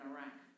Iraq